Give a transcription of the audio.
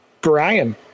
Brian